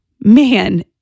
man